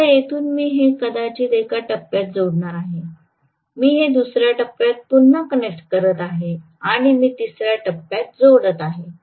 आता येथून मी हे कदाचित एका टप्प्यात जोडत आहे मी हे दुसर्या टप्प्यात पुन्हा कनेक्ट करत आहे आणि मी तिसर्या टप्प्यात जोडत आहे